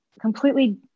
completely